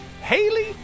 haley